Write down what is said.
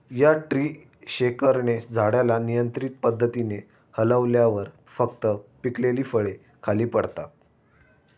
या ट्री शेकरने झाडाला नियंत्रित पद्धतीने हलवल्यावर फक्त पिकलेली फळे खाली पडतात